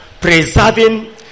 preserving